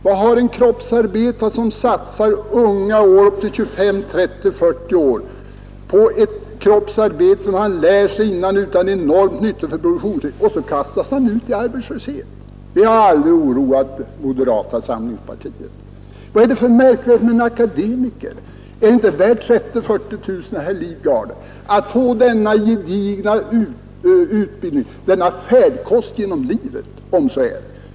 Vad har en kroppsarbetare som satsar unga år — upp till 25, 30 eller 40 år — på ett kroppsarbete, som han lär sig utan och innan, och som är enormt nyttig i produktionen? Han kastas ut i arbetslöshet! Det har aldrig oroat moderata samlingspartiet. Vad är det för märkvärdigt med en akademiker? Är det inte värt 30 000-40 000, herr Lidgard, att få denna gedigna utbildning, denna färdkost genom livet?